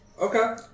Okay